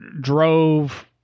drove